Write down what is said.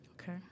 Okay